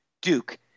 Duke